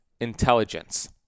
intelligence